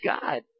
God